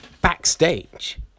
backstage